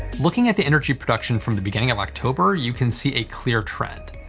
looking at the energy production from the beginning of october, you can see a clear trend.